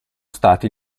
stati